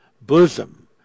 bosom